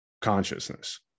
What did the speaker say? consciousness